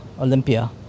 Olympia